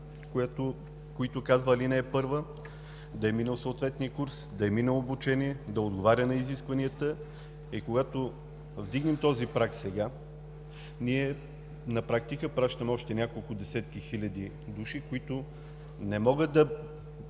които казва ал. 1 – да е минал съответния курс, да е минал обучение, да отговаря на изискванията, и когато вдигнем този праг сега, на практика пращаме още няколко десетки хиляди души, които не могат да